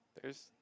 There's-